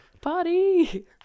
Party